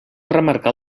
remarcar